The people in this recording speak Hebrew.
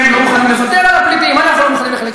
צריך להגיד גם, הם לא מוכנים לוותר על הפליטים.